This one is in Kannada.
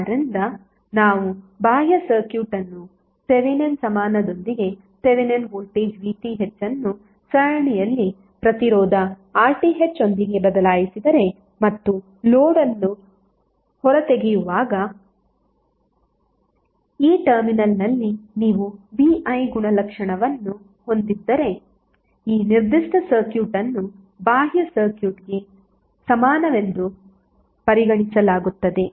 ಆದ್ದರಿಂದ ನಾವು ಬಾಹ್ಯ ಸರ್ಕ್ಯೂಟ್ ಅನ್ನು ಥೆವೆನಿನ್ ಸಮಾನದೊಂದಿಗೆ ಥೆವೆನಿನ್ ವೋಲ್ಟೇಜ್ VTh ಅನ್ನು ಸರಣಿಯಲ್ಲಿ ಪ್ರತಿರೋಧ RTh ಒಂದಿಗೆ ಬದಲಾಯಿಸಿದರೆ ಮತ್ತು ಲೋಡ್ ಅನ್ನು ಹೊರತೆಗೆಯುವಾಗ ಈ ಟರ್ಮಿನಲ್ನಲ್ಲಿ ನೀವು V I ಗುಣಲಕ್ಷಣವನ್ನು ಹೊಂದಿದ್ದರೆ ಈ ನಿರ್ದಿಷ್ಟ ಸರ್ಕ್ಯೂಟ್ ಅನ್ನು ಆ ಬಾಹ್ಯ ಸರ್ಕ್ಯೂಟ್ಗೆ ಸಮಾನವೆಂದು ಪರಿಗಣಿಸಲಾಗುತ್ತದೆ